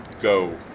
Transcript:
go